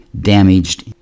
damaged